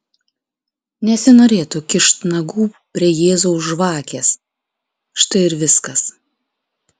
nesinorėtų kišt nagų prie jėzaus žvakės štai ir viskas